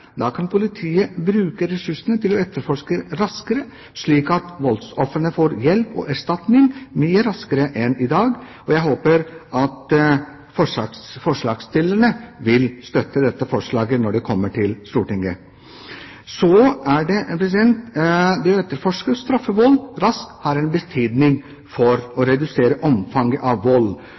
Da kan politiet bruke ressursene til å etterforske raskere, slik at voldsofrene får hjelp og erstatning mye raskere enn i dag. Jeg håper at forslagsstillerne vil støtte dette forslaget når det kommer til Stortinget. Det å etterforske og straffe vold raskt har en betydning for å redusere omfanget av vold.